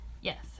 Yes